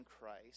Christ